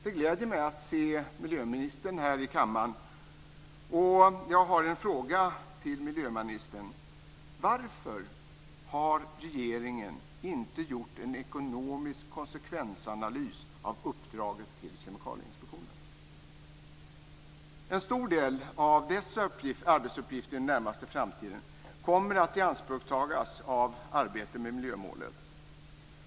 Det gläder mig att se miljöministern här i kammaren. Jag har en fråga till honom. Varför har regeringen inte gjort en ekonomisk konsekvensanalys av uppdraget till Kemikalieinspektionen? En stor del av dess arbetsuppgifter inom den närmaste framtiden kommer att ianspråktagas av arbete med miljömålet.